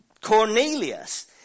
Cornelius